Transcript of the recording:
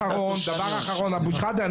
אבו שחאדה,